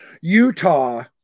Utah